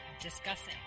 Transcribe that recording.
discussing